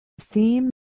theme